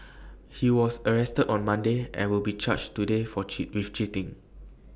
he was arrested on Monday and will be charged today with cheating